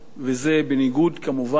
וזה בניגוד, כמובן,